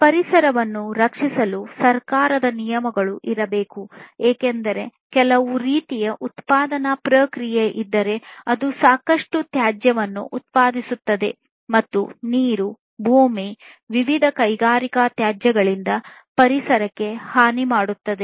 ಪರಿಸರವನ್ನು ರಕ್ಷಿಸಲು ಸರ್ಕಾರದ ನಿಯಮಗಳು ಇರಬೇಕು ಏಕೆಂದರೆ ಕೆಲವು ರೀತಿಯ ಉತ್ಪಾದನಾ ಪ್ರಕ್ರಿಯೆ ಇದ್ದರೆ ಅದು ಸಾಕಷ್ಟು ತ್ಯಾಜ್ಯವನ್ನು ಉತ್ಪಾದಿಸುತ್ತದೆ ಮತ್ತು ನೀರು ಭೂಮಿ ವಿವಿಧ ಕೈಗಾರಿಕಾ ತ್ಯಾಜ್ಯಗಳಿಂದ ಪರಿಸರಕ್ಕೆ ಹಾನಿ ಮಾಡುತ್ತದೆ